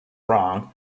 wrong